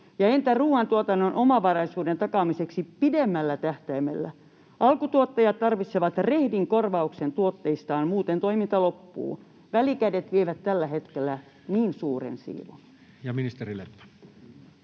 Entä ruoantuotannon omavaraisuuden takaamiseksi pidemmällä tähtäimellä? Alkutuottajat tarvitsevat rehdin korvauksen tuotteistaan, muuten toiminta loppuu — välikädet vievät tällä hetkellä niin suuren siivun.